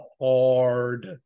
hard